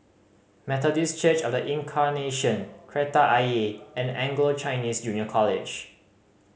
Methodist Church Of The Incarnation Kreta Ayer and Anglo Chinese Junior College